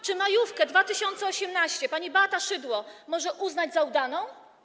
Czy majówkę 2018 r. pani Beata Szydło może uznać za udaną?